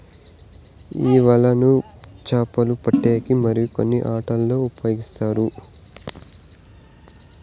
ఈ వలలను చాపలు పట్టేకి మరియు కొన్ని ఆటలల్లో ఉపయోగిస్తారు